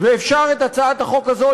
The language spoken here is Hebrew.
ואפשר את הצעת החוק הזו,